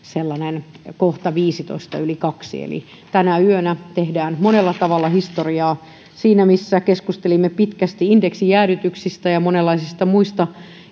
kohta viisitoista yli kaksi eli tänä yönä tehdään monella tavalla historiaa siinä missä keskustelimme pitkästi indeksijäädytyksistä ja monenlaisista muista